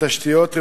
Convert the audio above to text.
ובתשתיות רעועות,